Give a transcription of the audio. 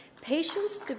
Patients